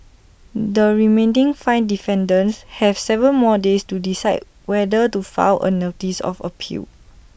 the remaining five defendants have Seven more days to decide whether to file A notice of appeal